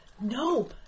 no